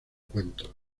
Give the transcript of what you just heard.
cuentos